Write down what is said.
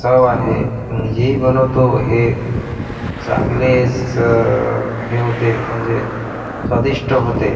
चव आहे मी जे ही बनवतो हे चांगलेच हे होते म्हणजे स्वादिष्ट होते